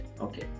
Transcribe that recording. Okay